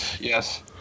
Yes